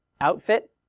outfit